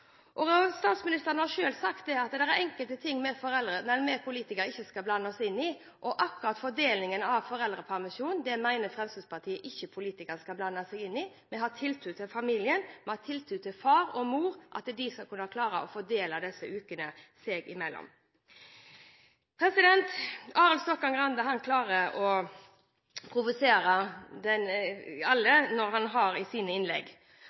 Statsministeren har selv sagt at det er enkelte ting vi politikere ikke skal blande oss inn i, og akkurat fordelingen av foreldrepermisjonen mener Fremskrittspartiet politikerne ikke skal blande seg inn i. Vi har tiltro til familien, vi har tiltro til at far og mor skal kunne klare å fordele disse ukene seg imellom. Representanten Arild Stokkan-Grande klarer å provosere alle når han holder sine innlegg.